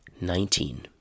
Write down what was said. Nineteen